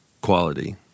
quality